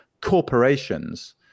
corporations